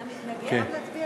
אתה מתנגד?